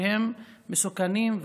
שהם מסוכנים וכו'.